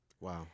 Wow